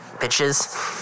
bitches